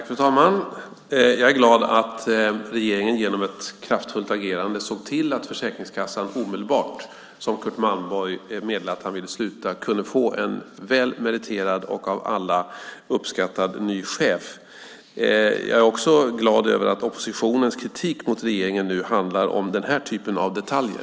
Fru talman! Jag är glad att regeringen genom ett kraftfullt agerande såg till att Försäkringskassan omedelbart när Curt Malmborg meddelade att han ville sluta kunde få en väl meriterad och av alla uppskattad ny chef. Jag är också glad över att oppositionens kritik mot regeringen nu handlar om den här typen av detaljer.